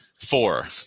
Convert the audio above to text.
four